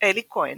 אלי כהן,